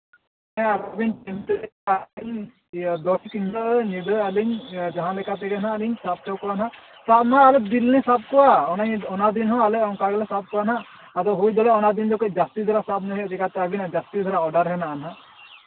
ᱦᱮᱸ ᱟᱞᱚᱵᱤᱱ ᱪᱤᱱᱛᱟᱹᱭᱟ ᱫᱚᱥ ᱛᱟᱹᱨᱤᱠᱷ ᱧᱤᱫᱟᱹ ᱟᱹᱞᱤᱧ ᱡᱟᱦᱟᱸ ᱞᱮᱠᱟ ᱦᱟᱸᱜ ᱞᱤᱧ ᱥᱟᱵ ᱦᱚᱪᱚ ᱠᱚᱣᱟ ᱦᱟᱸᱜ ᱥᱟᱵ ᱢᱟ ᱟᱞᱮ ᱫᱤᱱᱞᱮ ᱥᱟᱵ ᱠᱚᱣᱟ ᱚᱱᱟ ᱫᱤᱱ ᱦᱚᱸ ᱟᱞᱮ ᱚᱱᱠᱟ ᱜᱮᱞᱮ ᱥᱟᱵ ᱠᱚᱣᱟ ᱦᱟᱸᱜ ᱟᱫᱚ ᱦᱩᱭ ᱫᱟᱲᱮᱭᱟᱜᱼᱟ ᱚᱱᱟ ᱫᱤᱱ ᱫᱚ ᱠᱟᱹᱡ ᱡᱟᱹᱥᱛᱤ ᱫᱷᱟᱨᱟ ᱥᱟᱵ ᱧᱚᱜ ᱦᱩᱭᱩᱜᱼᱟ ᱪᱤᱠᱟᱛᱮ ᱟᱹᱵᱤᱱᱟᱜ ᱡᱟᱹᱥᱛᱤ ᱫᱷᱟᱨᱟ ᱚᱰᱟᱨ ᱢᱮᱱᱟᱜᱼᱟ ᱦᱟᱸᱜ